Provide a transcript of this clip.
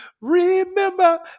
Remember